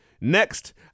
Next